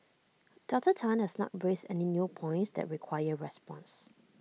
Doctor Tan has not raised any new points that require response